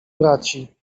braci